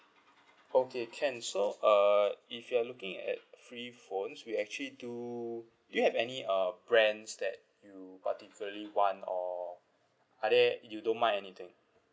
okay can so uh if you're looking at free phones we actually do you have any uh brands that you particularly want or are there you don't mind anything